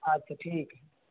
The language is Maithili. अच्छा ठीक हय